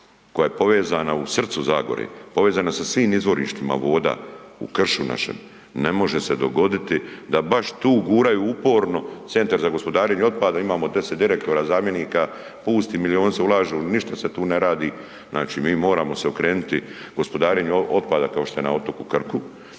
koja je povezana u srcu Zagore, povezana sa svim izvorištima voda u kršu našem, ne može se dogoditi da baš tu guraju uporno centar za gospodarenjem otpada, imamo 10 direktora, zamjenika, pusti milioni se ulažu, ništa se tu ne radi, znači mi moramo se okrenuti gospodarenju otpada kao što je na otoku Krku,